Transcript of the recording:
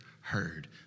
heard